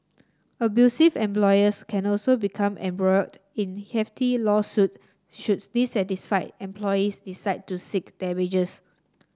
abusive employers can also become embroiled in hefty lawsuit should dissatisfied employees decide to seek damages